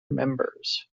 members